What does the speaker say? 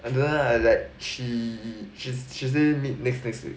and then I like she she say meet next next week